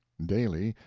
daily,